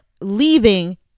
leaving